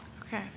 Okay